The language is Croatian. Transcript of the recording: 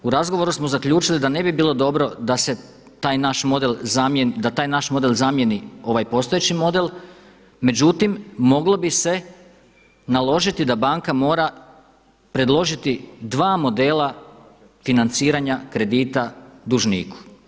U razgovoru smo zaključili da ne bi bilo dobro da se taj naš model zamijeni ovaj postojeći model, međutim moglo bi se naložiti da banka mora predložiti dva modela financiranja kredita dužniku.